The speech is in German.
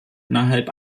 innerhalb